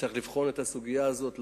צריך לבחון את הסוגיה הזאת לעומק,